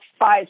five